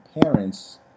parents